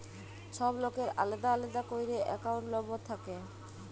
ছব লকের আলেদা আলেদা ক্যইরে একাউল্ট লম্বর থ্যাকে